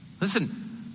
Listen